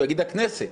הוא יגיד: הכנסת,